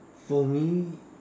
for me